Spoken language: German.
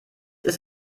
ist